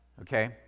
okay